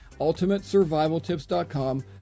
ultimatesurvivaltips.com